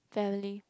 family